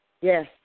Yes